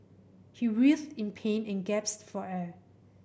he writhed in pain and gasped for air